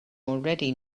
already